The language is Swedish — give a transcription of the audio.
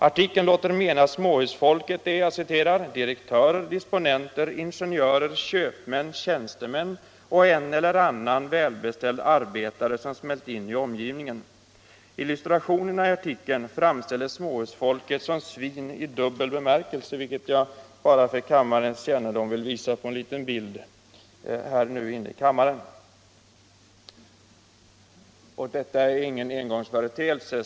Artikeln låter mena att småhusfolket är ”direktörer, disponenter, ingenjörer, köpmän, tjänstemän och en eller annan välbeställd arbetare som smält in i omgivningen”. Illustrationerna i artikeln framställer småhusfolket som svin i dubbel bemärkelse, vilket jag för riksdagsledamöternas kännedom vill visa på kammarens bildskärm. Detta är ingen engångsföreteelse.